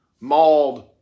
mauled